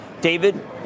David